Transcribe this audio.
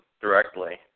directly